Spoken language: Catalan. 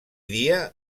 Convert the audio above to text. dia